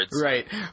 Right